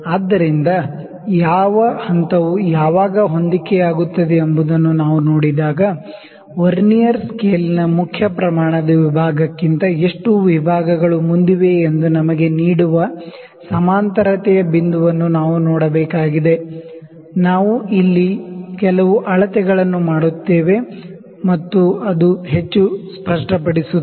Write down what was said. ಆದ್ದರಿಂದ ಯಾವ ಹಂತವು ಕೋಇನ್ಸೈಡ್ ಆಗುತ್ತದೆ ಎಂಬುದನ್ನು ನಾವು ನೋಡಿದಾಗ ವರ್ನಿಯರ್ ಸ್ಕೇಲ್ನ ಮೇನ್ ಸ್ಕೇಲ್ ದ ವಿಭಾಗಕ್ಕಿಂತ ಎಷ್ಟು ವಿಭಾಗಗಳು ಮುಂದಿವೆ ಎಂದು ನಮಗೆ ನೀಡುವ ಸಮಾಂತರತೆಯ ಬಿಂದುವನ್ನು ನಾವು ನೋಡಬೇಕಾಗಿದೆ ನಾವು ಇಲ್ಲಿ ಕೆಲವು ಅಳತೆಗಳನ್ನು ಮಾಡುತ್ತೇವೆ ಮತ್ತು ಅದು ಹೆಚ್ಚು ಸ್ಪಷ್ಟಪಡಿಸುತ್ತದೆ